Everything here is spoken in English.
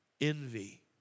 Envy